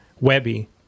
Webby